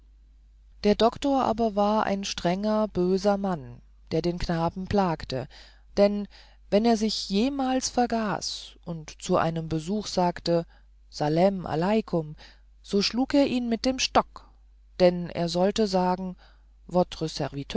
der doktor aber war ein strenger böser mann der den knaben plagte denn wenn er sich jemals vergaß und zu einem besuch sagte salem aleikum so schlug er ihn mit dem stock denn er sollte sagen